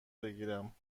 بگیرم